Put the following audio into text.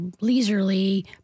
leisurely